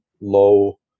low